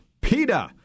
PETA